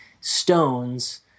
stones